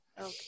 Okay